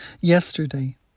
Yesterday